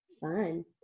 Fun